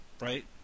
right